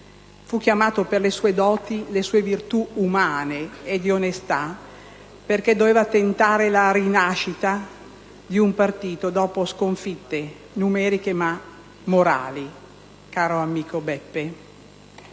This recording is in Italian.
nazionale per le sue doti, le sue virtù umane e di onestà perché doveva tentare la rinascita di un partito dopo sconfitte numeriche, sì, ma morali, caro amico Pisanu.